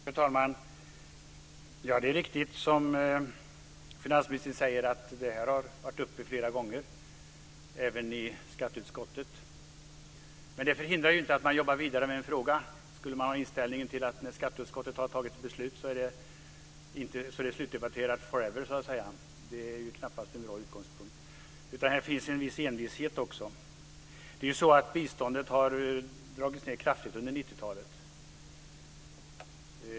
Fru talman! Det är riktigt som finansministern säger att frågan har varit uppe till diskussion flera gånger - även i skatteutskottet. Det förhindrar inte att man jobbar vidare med en fråga. Det är knappast en bra utgångspunkt att ha inställningen att när skatteutskottet har fattat beslut är det slutdebatterat for ever. Här finns en viss envishet också. Biståndet har dragits ned kraftigt under 90-talet.